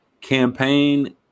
Campaign